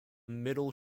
middle